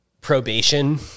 probation